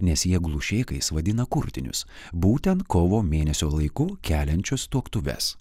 nes jie glušėkais vadina kurtinius būtent kovo mėnesio laiku keliančios tuoktuves